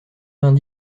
vingt